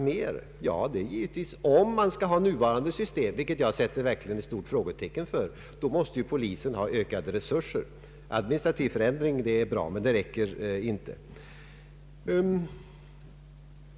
Det är givet att polisen måste ha ökade resurser om man skall behålla nuvarande system, en tanke som jag sätter ett stort frågetecken för. Att företa en administrativ förändring är bra, men det räcker inte.